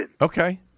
Okay